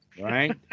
Right